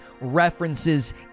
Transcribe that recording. references